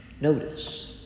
notice